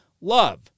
Love